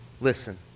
Listen